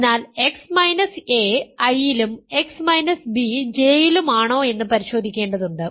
അതിനാൽ x a I ലും x b J യിലുമാണോ എന്ന് പരിശോധിക്കേണ്ടതുണ്ട്